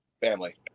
family